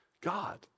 God